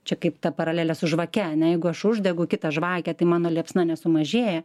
čia kaip ta paralelė su žvake jeigu aš uždegu kitą žvakę tai mano liepsna nesumažėja